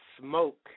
smoke